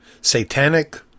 satanic